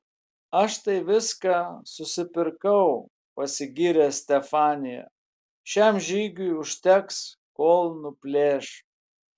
aš tai viską susipirkau pasigyrė stefanija šiam žygiui užteks kol nuplėš